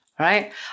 right